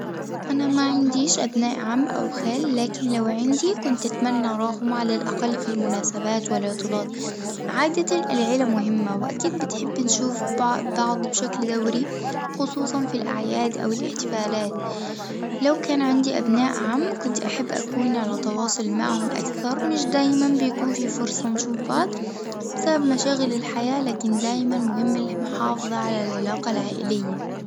أنا ما عنديش أبناء عم أو خال، لكن لو عندي كنت أتمنى أراهم على الأقل في المناسبات والعطلات، عادة العيلة مهمة وأكيد بتحب نشوف ب-بعض بشكل دوري خصوصًا في الأعياد أو الاحتفالات، لو كان عندي أبناء عم كنت أحب أكون على تواصل معهم أكثر مش دايمًا بيكون في فرصة نشوف بعض بسبب مشاغل الحياة، لكن دايمًا مهم المحافظة على العلاقة العائلية.